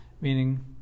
meaning